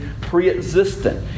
pre-existent